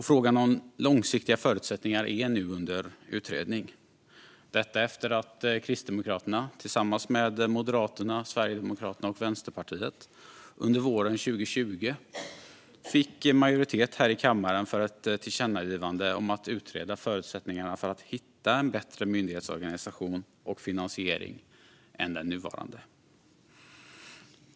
Frågan om långsiktiga förutsättningar är nu under utredning - detta efter att Kristdemokraterna, tillsammans med Moderaterna, Sverigedemokraterna och Vänsterpartiet, under våren 2020 fick majoritet här i kammaren för ett tillkännagivande om att utreda förutsättningarna för att hitta en bättre myndighetsorganisation och finansiering än den nuvarande.